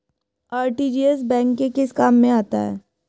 RTGS bank के किस काम में आता है?